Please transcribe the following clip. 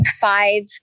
five